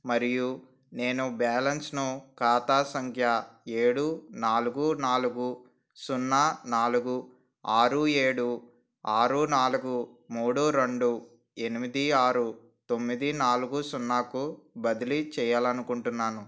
మరియు నేను బ్యాలెన్స్ను ఖాతా సంఖ్య ఏడు నాలుగు నాలుగు సున్నా నాలుగు ఆరు ఏడు అరు నాలుగు మూడు రెండు ఎనిమిది ఆరు తొమ్మిది నాలుగు సున్నాకు బదిలీ చేయాలి అనుకుంటున్నాను